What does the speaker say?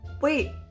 Wait